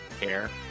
care